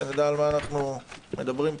שנדע על מה אנחנו מדברים פה.